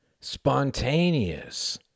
Spontaneous